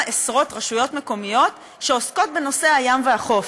עשרות רשויות מקומיות שעוסקות בנושא הים והחוף,